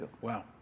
Wow